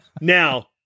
Now